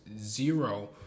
zero